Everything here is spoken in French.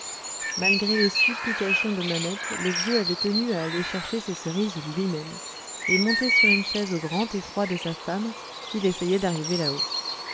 malgré les supplications de mamette le vieux avait tenu à aller chercher ses cerises lui-même et monté sur une chaise au grand effroi de sa femme il essayait d'arriver là-haut